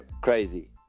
Crazy